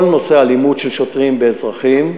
כל נושא האלימות של שוטרים ואזרחים,